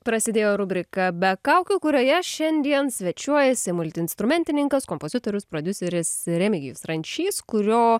prasidėjo rubrika be kaukių kurioje šiandien svečiuojasi multiinstrumentininkas kompozitorius prodiuseris remigijus rančys kurio